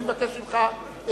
אני מבקש ממך,